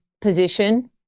position